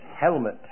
helmet